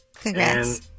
Congrats